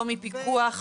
לא מפיקוח,